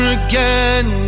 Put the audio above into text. again